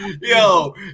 Yo